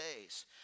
days